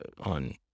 on